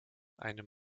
einem